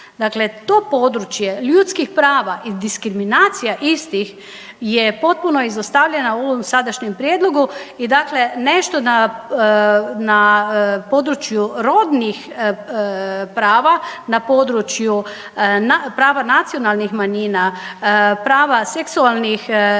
Dakle, to područje ljudskih prava i diskriminacija istih je potpuno izostavljena u ovom sadašnjem prijedlogu i dakle nešto na području rodnih prava, na području prava nacionalnih manjina, prava seksualnih